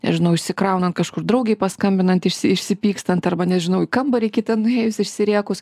nežinau išsikraunant kažkur draugei paskambinant išsipikstant arba nežinau į kambarį kitą nuėjus išsirėkus